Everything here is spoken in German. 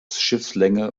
schiffslänge